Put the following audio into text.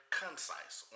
concise